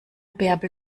bärbel